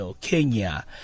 Kenya